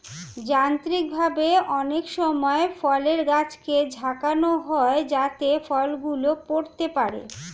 যান্ত্রিকভাবে অনেক সময় ফলের গাছকে ঝাঁকানো হয় যাতে ফল গুলো পড়তে পারে